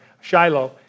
Shiloh